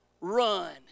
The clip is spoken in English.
Run